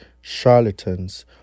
charlatans